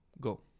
go